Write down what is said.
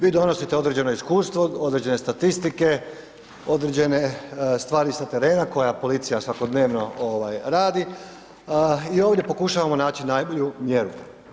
Vi donosite određeno iskustvo, određene statistike, određene stvari sa terena koja policija svakodnevno radi i ovdje pokušavamo naći najbolju mjeru.